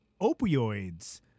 Opioids